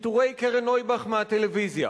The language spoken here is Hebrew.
פיטורי קרן נויבך מהטלוויזיה,